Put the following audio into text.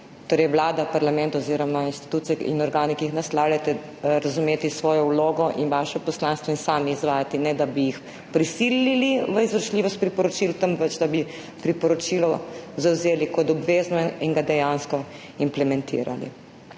morali Vlada, parlament oziroma institucije in organi, ki jih naslavljate, razumeti svojo vlogo in vaše poslanstvo in sami izvajati, ne da bi jih prisilili v izvršljivost priporočil, temveč da bi priporočilo zavzeli kot obvezno in ga dejansko implementirali.